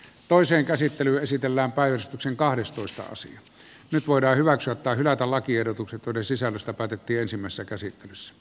toisen käsittely esitellään päivystyksen kahdestoistaosan nyt voidaan hyväksyä tai hylätä lakiehdotukset joiden sisällöstä päätettiin ensimmäisessä käsittelyssä